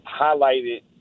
highlighted